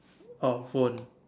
or phone